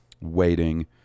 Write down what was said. waiting